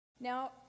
Now